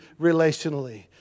relationally